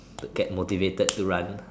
to get motivated to run